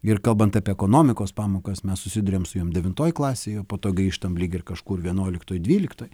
ir kalbant apie ekonomikos pamokas mes susiduriam su jom devintoj klasėj o po to grįžtam lyg ir kažkur vienuoliktoj dvyliktoj